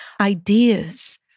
ideas